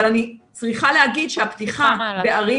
אבל אני צריכה להגיד שהפתיחה בערים